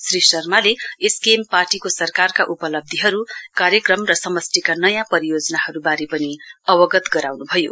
श्री शर्माले एसकेएम पार्टीको सरकारका उपलब्धीहरु कार्यक्रम र समष्टिका नयाँ परियोजनाहरुबारे पनि अवगत गराउनु भयो